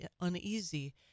uneasy